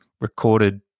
recorded